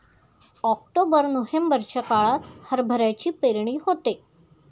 October नोव्हेंबरच्या काळात हरभऱ्याची पेरणी होते